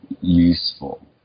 useful